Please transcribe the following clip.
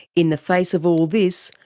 in the face of all this,